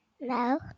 No